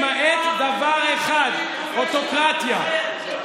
למעט דבר אחד: אוטוקרטיה.